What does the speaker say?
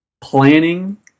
Planning